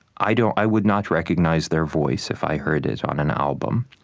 i don't i would not recognize their voice if i heard it on an album.